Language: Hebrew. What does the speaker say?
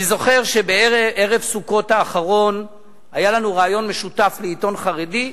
אני זוכר שבערב סוכות האחרון היה לנו ריאיון משותף לעיתון חרדי,